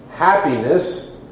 happiness